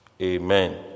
Amen